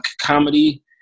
comedy